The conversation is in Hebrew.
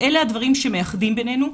אלה הדברים שמאחדים בינינו.